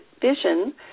vision